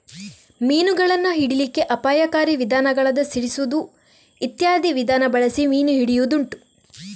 ಮೀನುಗಳನ್ನ ಹಿಡೀಲಿಕ್ಕೆ ಅಪಾಯಕಾರಿ ವಿಧಾನಗಳಾದ ಸಿಡಿಸುದು ಇತ್ಯಾದಿ ವಿಧಾನ ಬಳಸಿ ಮೀನು ಹಿಡಿಯುದುಂಟು